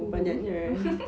mm